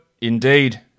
indeed